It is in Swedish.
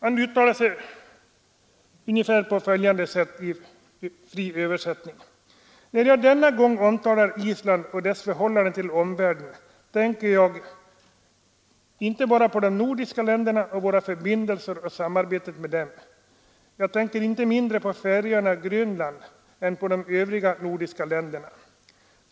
Han uttalade sig i fri översättning på följande sätt: När jag denna gång omnämner Islands förhållande till omvärlden tänker jag i synnerhet på de nordiska länderna och våra förbindelser och vårt samarbete med dem, och då inte mindre på Färöarna och Grönland än på de övriga nordiska länderna.